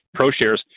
ProShares